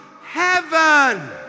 heaven